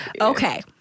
Okay